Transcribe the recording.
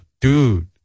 dude